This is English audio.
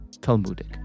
Talmudic